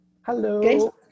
Hello